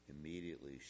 Immediately